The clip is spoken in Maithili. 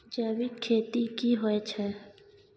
जैविक खेती की होए छै?